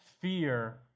fear